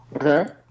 Okay